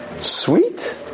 Sweet